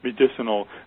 medicinal